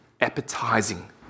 appetizing